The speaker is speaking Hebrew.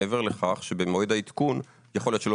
מעבר לכך שבמועד העדכון יכול להיות שלא